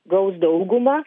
gaus daugumą